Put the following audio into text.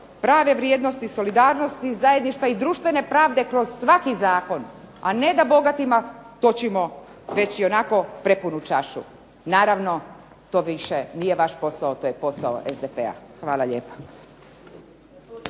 prave vrijednosti, solidarnosti, zajedništva i društvene pravde kroz svaki zakon, a ne da bogatima točimo već ionako prepunu čašu. Naravno to više nije vaš posao, to je posao SDP-a. Hvala lijepa.